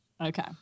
Okay